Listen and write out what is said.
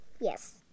yes